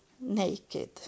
naked